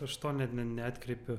aš to net ne neatkreipiu